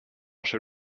chez